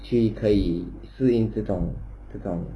去可以服膺这种这种